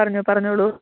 പറഞ്ഞോ പറഞ്ഞോളൂ